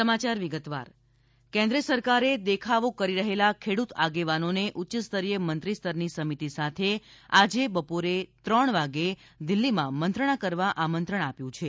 કેન્દ્ર ખેડૂત કેન્દ્ર સરકારે દેખાવો કરી રહેલા ખેડૂત આગેવાનોને ઉચ્ચસ્તરીય મંત્રીસ્તરની સમિતિ સાથે આજે બપોરે ત્રણ વાગે દિલ્હીમાં મંત્રણા કરવા આમંત્રણ આપ્યું છે